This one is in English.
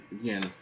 again